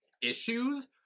issues